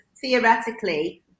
Theoretically